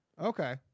Okay